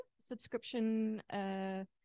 subscription